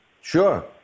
Sure